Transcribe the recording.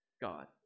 God